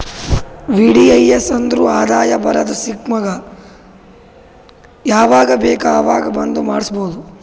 VDIS ಅಂದುರ್ ಆದಾಯ ಬರದ್ ಸ್ಕೀಮಗ ಯಾವಾಗ ಬೇಕ ಅವಾಗ್ ಬಂದ್ ಮಾಡುಸ್ಬೋದು